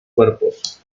cuerpos